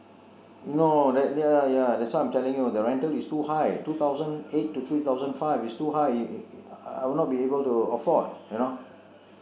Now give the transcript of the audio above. no ya ya that's why I am telling you the rental is too high two thousand eight to three thousand five is too high I I will not be able to afford you know